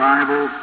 Bible